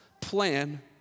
plan